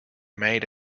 made